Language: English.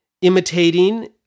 imitating